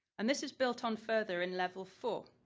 and this is built on further in level four.